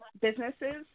businesses